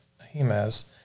Ahimaaz